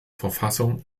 verfassung